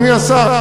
אדוני השר,